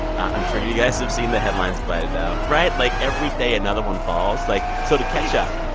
i'm sure you guys have seen the headlines by now, right? like, every day another one falls. like, so to catch up,